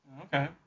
okay